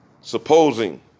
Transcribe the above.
supposing